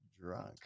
drunk